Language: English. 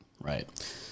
Right